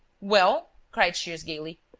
well? cried shears, gaily.